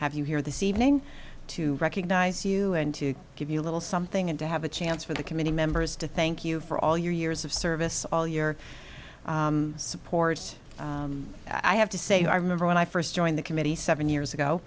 have you here this evening to recognize you and to give you a little something and to have a chance for the committee members to thank you for all your years of service all your support i have to say i remember when i first joined the committee seven years ago